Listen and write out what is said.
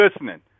listening